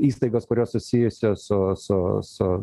įstaigos kurios susijusios su su su